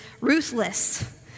ruthless